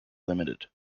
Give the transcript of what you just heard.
limited